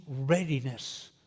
readiness